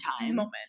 moment